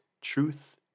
Truth